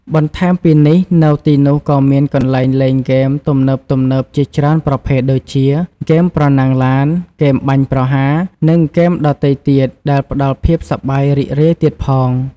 បន្ថែមពីនេះ នៅទីនោះក៏មានកន្លែងលេងហ្គេមទំនើបៗជាច្រើនប្រភេទដូចជា ហ្គេមប្រណាំងឡាន ហ្គេមបាញ់ប្រហារ និងហ្គេមដទៃទៀត ដែលផ្ដល់ភាពសប្បាយរីករាយទៀតផង។